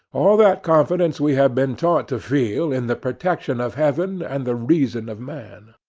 all that confidence we have been taught to feel in the protection of heaven and the reason of man.